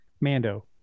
Mando